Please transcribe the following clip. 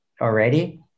already